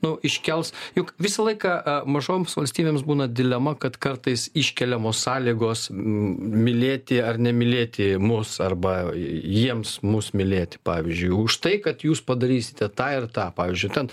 nu iškels juk visą laiką mažoms valstybėms būna dilema kad kartais iškeliamos sąlygos mylėti ar nemylėti mus arba jiems mus mylėti pavyzdžiui už tai kad jūs padarysite tą ir tą pavyzdžiui ten